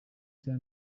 cya